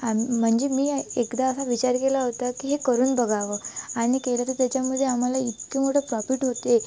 आम् म्हणजे मी एकदा असा विचार केला होता की हे करून बघावं आणि केलं तर त्याच्यामध्ये आम्हाला इतकं मोठं प्रॉफिट होते